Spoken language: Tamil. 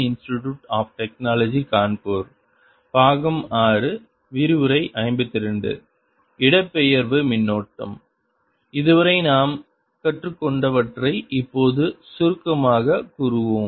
இதுவரை நாம் கற்றுக்கொண்டவற்றை இப்போது சுருக்கமாகக் கூறுவோம்